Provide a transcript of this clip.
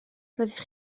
roeddech